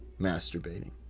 masturbating